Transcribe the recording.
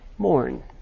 mourn